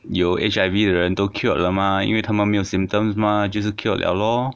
有 H_I_V 的人都 cured 了吗因为他们没有 symptoms 吗就是 cured 了咯